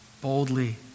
boldly